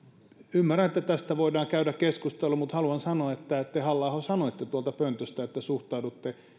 ymmärrän että tästä voidaan käydä keskustelu mutta haluan sanoa että te halla aho sanoitte tuolta pöntöstä että suhtaudutte